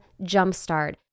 jumpstart